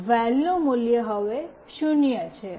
"વૅલ" નું મૂલ્ય હવે 0 છે